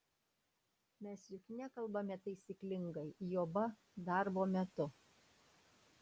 mes juk nekalbame taisyklingai juoba darbo metu